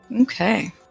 Okay